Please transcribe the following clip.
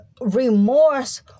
remorse